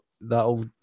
that'll